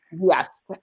yes